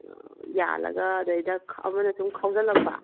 ꯌꯥꯜꯂꯒ ꯑꯗꯩꯗ ꯑꯃꯅ ꯁꯨꯝ ꯈꯥꯎꯖꯜꯂꯛꯄ